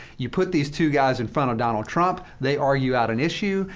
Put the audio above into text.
you put these two guys in front of donald trump, they argue out an issue,